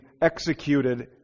executed